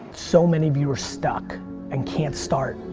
so many of you are stuck and can't start,